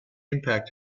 impact